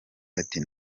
ati